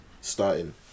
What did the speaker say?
starting